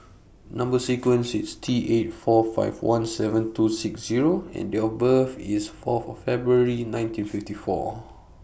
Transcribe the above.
Number sequence IS T eight four five one seven two six Zero and Date of birth IS Fourth of February nineteen fifty four